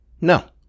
No